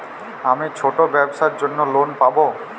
আমি ছোট ব্যবসার জন্য লোন পাব?